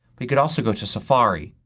you could also go to safari,